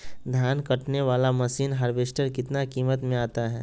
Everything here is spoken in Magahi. धान कटने बाला मसीन हार्बेस्टार कितना किमत में आता है?